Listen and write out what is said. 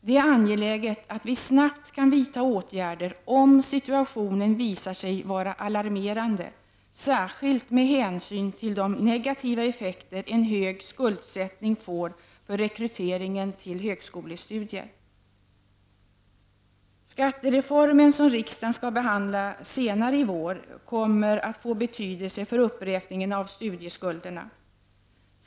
Det är angeläget att åtgärder snabbt kan vidtas om situationen visar sig vara alarmerande, särskilt med hänsyn till de negativa effekter en hög skuldsättning får för rekryteringen till högskolestudier. Skattereformen, som riksdagen skall behandla senare i vår, kommer att få betydelse för uppräkningen av studieskulderna.